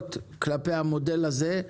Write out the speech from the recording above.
ודאגות שעלו כלפי המודל הזה,